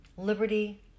liberty